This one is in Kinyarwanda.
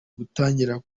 gutangira